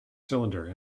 cylinder